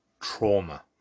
trauma